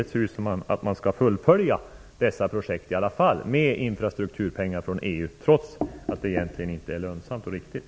Menar Ines Uusmann att man i alla fall skall fullfölja dessa projekt med infrastrukturpengar från EU, trots att det egentligen inte är vare sig lönsamt eller riktigt?